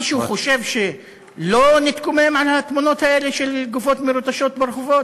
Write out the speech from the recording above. מישהו חושב שלא נתקומם על התמונות האלה של גופות מרוטשות ברחובות?